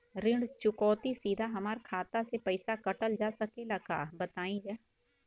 ऋण चुकौती सीधा हमार खाता से पैसा कटल जा सकेला का बताई जा?